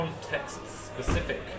context-specific